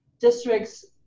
districts